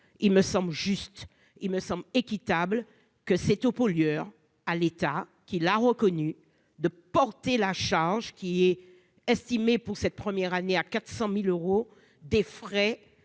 il me semble juste : il me semble équitable que c'est au pollueur à l'État, qui l'a reconnu, de porter la charge qui est estimé pour cette première année à 400000 euros, des frais